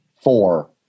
four